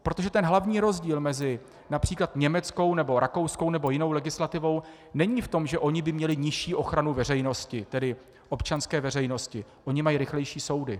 Protože ten hlavní rozdíl mezi například německou nebo rakouskou nebo jinou legislativou není v tom, že oni by měli nižší ochranu veřejnosti, tedy občanské veřejnosti oni mají rychlejší soudy.